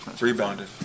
Rebounded